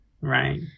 Right